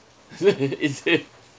is it